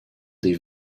des